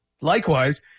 Likewise